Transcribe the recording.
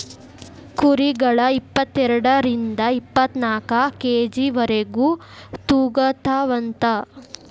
ಕುರಿಗಳ ಇಪ್ಪತೆರಡರಿಂದ ಇಪ್ಪತ್ತನಾಕ ಕೆ.ಜಿ ವರೆಗು ತೂಗತಾವಂತ